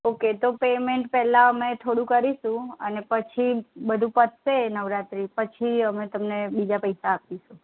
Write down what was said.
okay તો payment પેલા અમે થોડું કરીસું અને પછી બધુ પતસે નવરાત્રી પછી અમે તમને બીજા પૈશા આપીશું